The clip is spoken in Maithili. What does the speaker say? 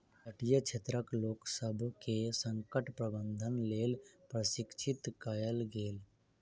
तटीय क्षेत्रक लोकसभ के संकट प्रबंधनक लेल प्रशिक्षित कयल गेल